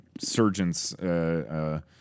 surgeon's